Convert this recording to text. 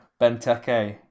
Benteke